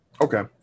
Okay